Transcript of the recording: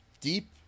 deep